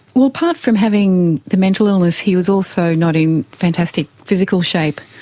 well, apart from having the mental illness, he was also not in fantastic physical shape,